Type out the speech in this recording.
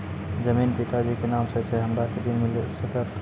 जमीन पिता जी के नाम से छै हमरा के ऋण मिल सकत?